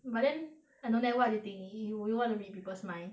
but then I don't know what do you think you wanna read because mind